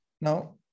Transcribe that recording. Now